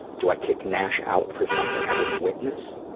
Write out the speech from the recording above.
do i kick nash out for something i didn't witness?